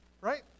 right